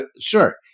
sure